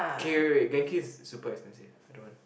okay wait wait wait Genki is super expensive i don't want